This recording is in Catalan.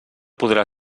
podrà